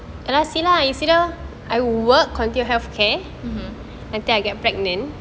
mmhmm